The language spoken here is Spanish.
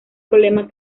problemas